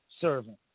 servant